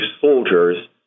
soldiers